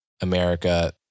America